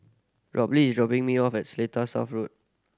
Robley is dropping me off Seletar South Road